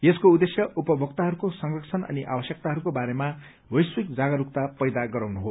यसको उद्देश्य उपभोक्ताहरूको संरक्षण अनि आवश्यकताहरूको बारेमा वैश्विक जागरूकता पैदा गराउनु हो